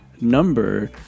number